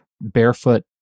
barefoot